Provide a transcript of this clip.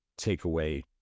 takeaway